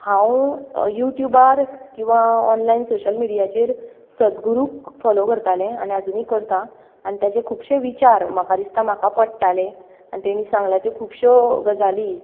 हांव यूट्यूबार किंवां ऑनलायन सोशियल मिडियाचेर सदगुरूक फोलो करतालें आनी आजुनीय करतां आनी ताचे खुबशे विचार म्हाका दिसता म्हाका पडटले आनी तेणी सांगल्या त्यो खुबश्यो गजाली